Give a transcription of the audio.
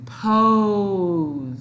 pose